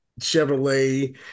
Chevrolet